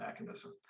mechanism